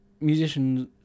musicians